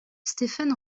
stephen